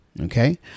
Okay